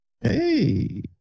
Hey